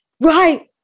right